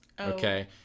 Okay